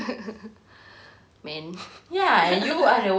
men